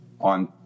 on